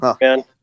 man